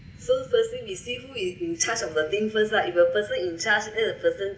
so first thing we see who is in charge of the thing first lah if a person in charge then the person